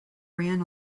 ran